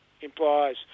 implies